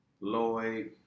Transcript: Lloyd